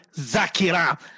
Zakira